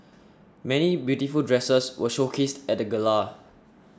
many beautiful dresses were showcased at the gala